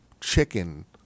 chicken